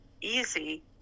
easy